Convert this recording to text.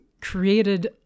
created